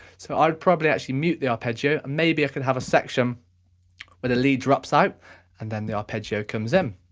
so i would probably actually mute the arpeggio maybe, i could have a section where the lead drops out and then the arpeggio comes in.